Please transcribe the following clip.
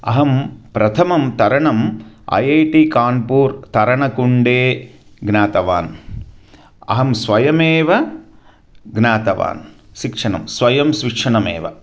अहं प्रथमं तरणम् ऐ ऐ टि कान्पुर् तरणकुण्डे ज्ञातवान् अहं स्वयमेव ज्ञातवान् शिक्षणं स्वयं शिक्षणमेव